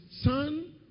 son